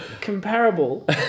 comparable